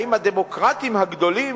האם הדמוקרטים הגדולים,